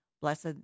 Blessed